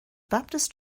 baptist